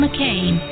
McCain